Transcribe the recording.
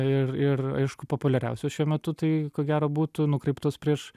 ir ir aišku populiariausios šiuo metu tai ko gero būtų nukreiptos prieš